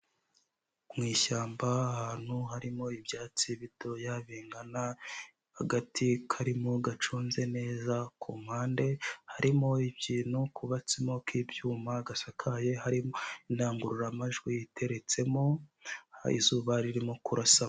Mu ishyamba ahantu harimo ibyatsi bitoya bingana, agati karimo gaconze neza ku mpande, harimo ikintu kubatsemo k'ibyuma gasakaye harimo indangururamajwi iteretsemo, izuba ririmo kurasamo.